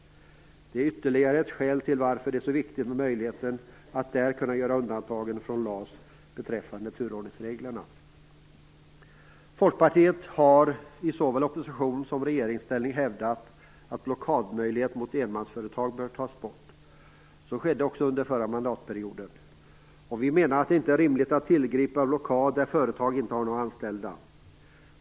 Det är ytterligare ett skäl till att det är så viktigt med möjligheten att kunna göra undantag från LAS beträffande turordningsreglerna. Folkpartiet har såväl i opposition som i regeringsställning hävdat att blockadmöjligheten mot enmansföretag bör tas bort. Så skedde också under den förra mandatperioden. Vi menar att det inte är rimligt att tillgripa blockad mot företag som inte har några anställda.